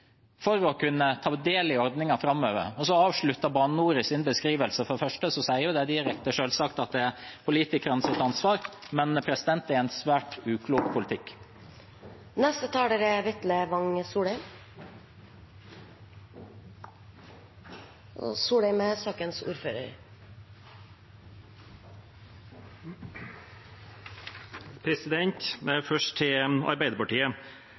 for å kunne ta del i ordningen framover. Og så avslutter Bane NOR sin beskrivelse med å si direkte, selvsagt, at det er politikernes ansvar, men det er en svært uklok politikk.